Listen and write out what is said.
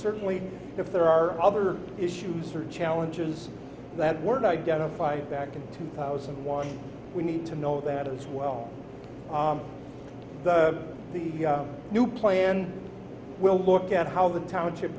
certainly if there are other issues or challenges that weren't identified back in two thousand and one we need to know that as well the the new plan will look at how the township